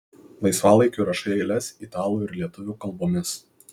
laisvalaikiu rašai eiles italų ir lietuvių kalbomis